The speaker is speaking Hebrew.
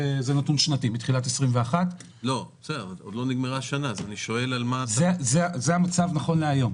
זה נתון שנתי מתחילת 2021. זה המצב נכון להיום.